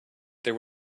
there